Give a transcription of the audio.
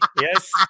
Yes